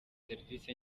serivisi